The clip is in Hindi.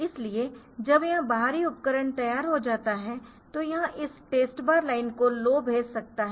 इसलिए जब यह बाहरी उपकरण तैयार हो जाता है तो यह इस टेस्ट बार लाइन को लो भेज सकता है